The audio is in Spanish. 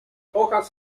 hojas